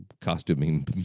costuming